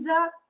up